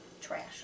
Trash